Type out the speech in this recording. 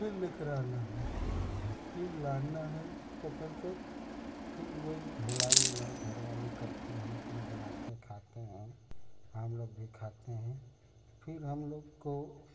फिर लेकर आना है फिर लाना है पकड़कर फिर वही धुलाई उलाई घर वाले करते हैं अपना बनाते है खाते हैं हम लोग भी खाते हैं फिर हम लोग को